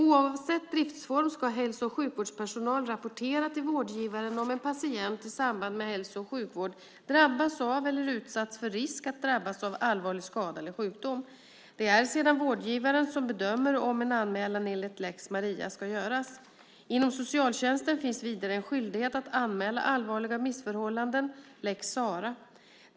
Oavsett driftsform ska hälso och sjukvårdspersonal rapportera till vårdgivaren om en patient i samband med hälso och sjukvård drabbats av eller utsatts för risk att drabbas av allvarlig skada eller sjukdom. Det är sedan vårdgivaren som bedömer om en anmälan enligt lex Maria ska göras. Inom socialtjänsten finns vidare en skyldighet att anmäla allvarliga missförhållanden, lex Sarah.